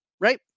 right